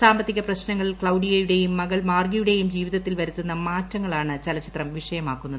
സാമ്പത്തിക പ്രശ്നങ്ങൾ ക്സൌഡിയയുടെയും മകൾ മാർഗിയുടെയും ജീവിതത്തിൽ വരുത്തുന്ന മാറ്റങ്ങളാണ് ചലച്ചിത്രം വിഷയമാക്കുന്നത്